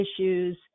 issues